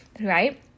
right